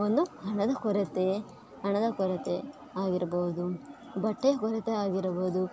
ಒಂದು ಹಣದ ಕೊರತೆ ಹಣದ ಕೊರತೆ ಆಗಿರ್ಬೋದು ಬಟ್ಟೆಯ ಕೊರತೆ ಆಗಿರಬೋದು